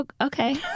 Okay